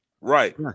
Right